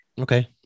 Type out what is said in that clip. Okay